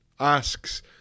asks